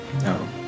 no